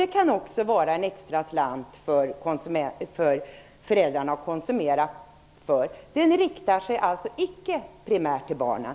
Det kan också vara en extra slant för föräldrarna att konsumera för. Vårdnadsbidraget riktar sig alltså icke primärt till barnen.